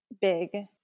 big